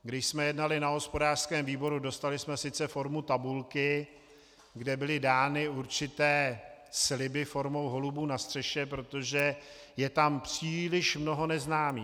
Když jsme jednali na hospodářském výboru, dostali jsme sice formu tabulky, kde byly dány určité sliby formou holubů na střeše, protože je tam příliš mnoho neznámých.